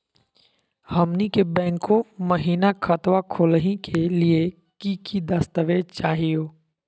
हमनी के बैंको महिना खतवा खोलही के लिए कि कि दस्तावेज चाहीयो?